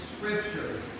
Scripture